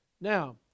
Now